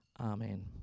Amen